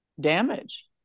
damage